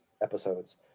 episodes